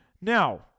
Now